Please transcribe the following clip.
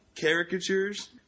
caricatures